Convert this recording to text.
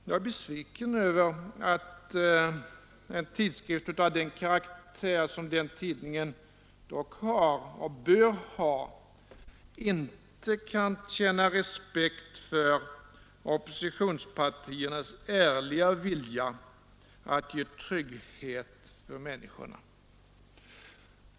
Jag är besviken över att en tidskrift av den karaktär som den tidningen dock har och bör ha inte kan känna respekt för oppositionspartiernas ärliga vilja att ge trygghet för människorna.